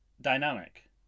dynamic